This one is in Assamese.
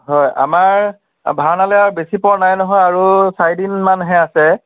হয় আমাৰ ভাওনালৈ আৰু বেছি পৰ নাই নহয় আৰু চাৰিদিন মানহে আছে